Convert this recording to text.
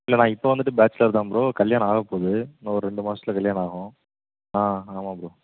இல்லை நான் இப்போ வந்துட்டு பேச்சிலர் தான் ப்ரோ கல்யாணம் ஆகப்போகுது இன்னும் ஒரு ரெண்டு மாசத்தில் கல்யாணம் ஆகும் ஆ ஆமாம் ப்ரோ